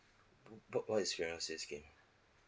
got what is fiance scheme